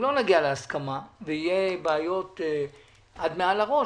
אם לא נגיע להסכמה ויהיו בעיות עד מעל הראש,